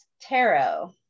Tarot